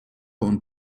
und